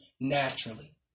Naturally